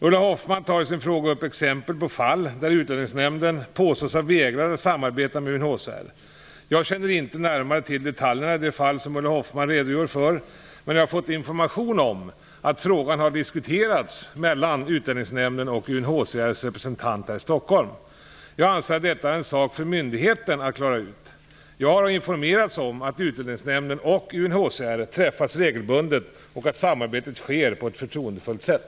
Ulla Hoffmann tar i sin fråga upp exempel på fall där Utlänningsnämnden påstås ha vägrat att samarbeta med UNHCR. Jag känner inte närmare till detaljerna i de fall som Ulla Hoffmann redogör för, men jag har fått information om att frågan har diskuterats mellan Utlänningsnämnden och UNHCR:s representant här i Stockholm. Jag anser att detta är en sak för myndigheten att klara ut. Jag har informerats om att Utlänningsnämnden och UNHCR träffas regelbundet och att samarbetet sker på ett förtroendefullt sätt.